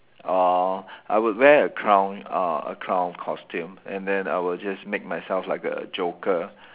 uh I would wear a clown uh a clown costume and then I will just make myself like a joker